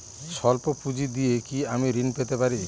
সল্প পুঁজি দিয়ে কি আমি ঋণ পেতে পারি?